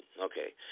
okay